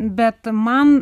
bet man